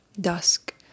dusk